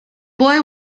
boy